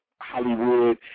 Hollywood